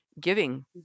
giving